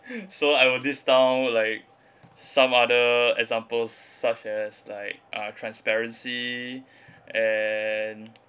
so I will list down like some other examples such as like uh transparency and